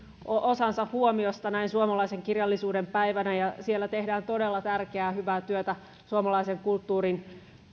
osansa huomiosta näin suomalaisen kirjallisuuden päivänä ja siellä tehdään todella tärkeää hyvää työtä suomalaisen kulttuurin